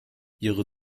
ihre